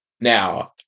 Now